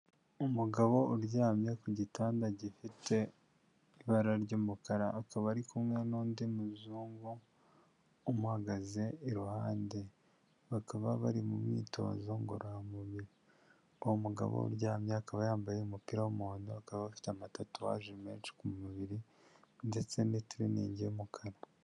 Umugabo uryamye ku gitanda gifite ibara ry'umukara, akaba ari kumwe n'undi muzungu umuhagaze iruhande, bakaba bari mu myitozo ngororamubiri, uwo mugabo uryamye akaba yambaye umupira w'umuhondo, akaba afite tatuwage menshi ku mubiri, ndetse na tiriningi y'umukara.